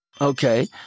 Okay